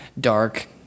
dark